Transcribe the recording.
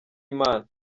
imana